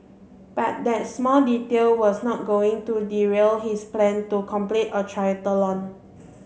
but that small detail was not going to derail his plan to complete a triathlon